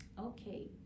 Okay